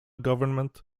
government